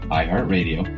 iHeartRadio